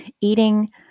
eating